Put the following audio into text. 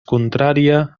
contrària